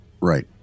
Right